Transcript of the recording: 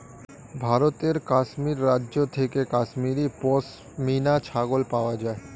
ভারতের কাশ্মীর রাজ্য থেকে কাশ্মীরি পশমিনা ছাগল পাওয়া যায়